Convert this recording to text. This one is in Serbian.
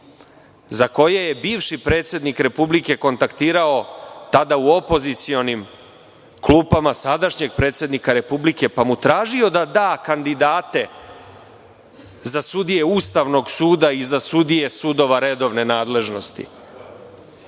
za koje je bivši predsednik Republike kontaktirao, tada u opozicionim klupama, sadašnjeg predsednika Republike, pa mu tražio da da kandidate za sudije Ustavnog suda i za sudije sudova redovne nadležnosti?